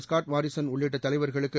Scott Morrison உள்ளிட்ட தலைவர்களுக்கு